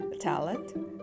Talent